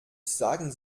sagen